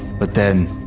but then,